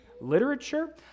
literature